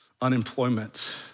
unemployment